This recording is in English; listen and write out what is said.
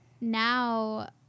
now